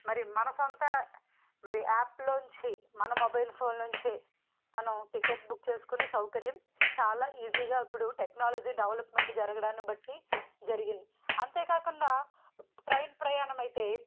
మరి మన సొంత మరి యాప్లో నుంచి మన మొబైల్ఫోన్లో నుంచి మనం టికెట్ బుక్ చేసుకునే సౌకర్యం చాలా ఈజీగా ఇప్పుడు టెక్నాలజీ డెవలప్మెంట్ జరగడాన్ని బట్టి జరిగింది అంతే కాకుండా ట్రైన్ ప్రయాణం అయితే